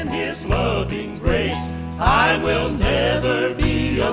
and yeah his loving grace i will never be